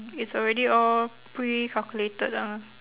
it's already all precalculated lah